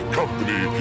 company